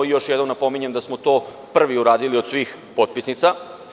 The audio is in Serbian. Još jednom napominjem da smo to prvi uradili od svih potpisnica.